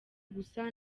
gusa